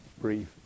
brief